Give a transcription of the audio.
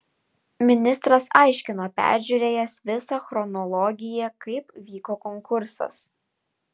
ministras aiškino peržiūrėjęs visą chronologiją kaip vyko konkursas